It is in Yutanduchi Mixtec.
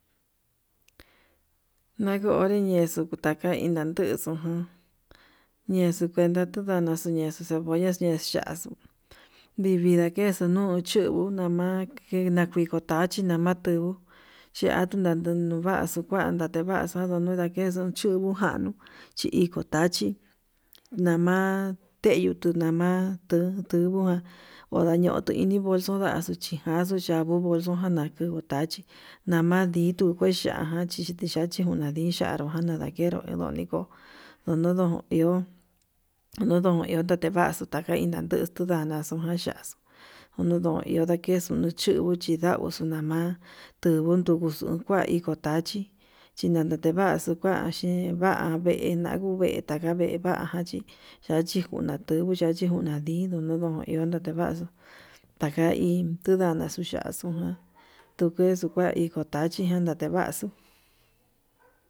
Nanguo ire ñexo kutaka indañuxu jun ñexuu ku uenta kutakaxu ñexu, cebolla nexo ya'á vinda kexuu nuu chu nama kedu tachí, nama tuu chiatu tanta nuvaxu kuada tevaxu andon ndakexu chuu, njanuu chi iko tachí nma teyu tuu nama tu tungujan ondañoto ini bolso nda'a, xuchijaxu yangubul xujana nudngu tachí nama ndito ngue ya'a jan chichi yachi una nci ya'á ndojana ndakenro idoni ko'o, ndodo iho ndodo iho tatevaxu taka indanduxu yanaxu xhevaxu nodo iho ndakexu chingui chindaguxu nama tenguu duguxu kua nda iko tachí chinanda tekuaxu kua yee, v'a vena kuvetá vee vajan chí yachi njuna tungu yachí nguna ndi ndodon iho natavax ndaka iin duu ndana xhuyaxu ján tu kue tu ta iko tachí jan yateguaxu.